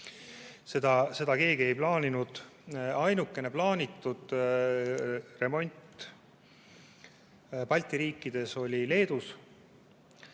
Seda keegi ei plaaninud. Ainukene plaanitud remont Balti riikides oli Leedus,